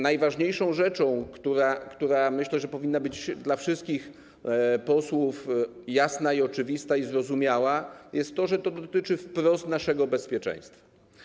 Najważniejszą rzeczą, która, jak myślę, powinna być dla wszystkich posłów jasna i oczywista, i zrozumiała, jest to, że to dotyczy wprost naszego bezpieczeństwa.